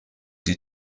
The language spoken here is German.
die